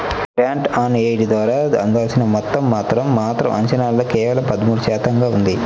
grant on aid ద్వారా అందాల్సిన మొత్తం మాత్రం మాత్రం అంచనాల్లో కేవలం పదమూడు శాతంగా ఉంది